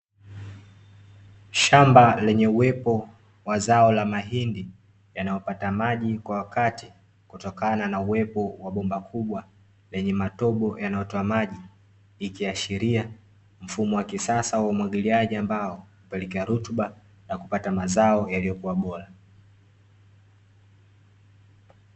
Shamba lenye uwepo wa zao la mahindi yanayopata maji kwa wakati kutokana na uwepo wa bomba kubwa lenye matobo yanayotoa maji ikiashiria mfumo wa kisasa wa umwagiliaji ambao hupelekea rutuba na kupata mazao yaliyokuwa bora.